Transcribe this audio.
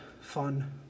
fun